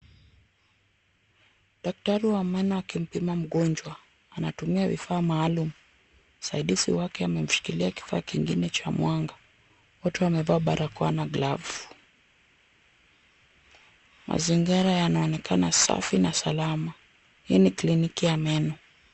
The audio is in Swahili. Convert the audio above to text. Daktari wa meno akimpima mgonjwa anatumia vifaa maalum. Msaidizi wake ameshikilia kifaa kingine cha mwanga. Wote wamevaa barakoa na glavu. Mazingira yanaonekana safi na salama. Hii ni kliniki ya meno.